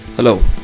Hello